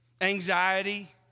Anxiety